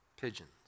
pigeons